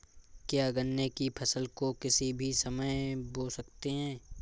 क्या गन्ने की फसल को किसी भी समय बो सकते हैं?